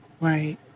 Right